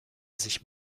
sich